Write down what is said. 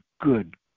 good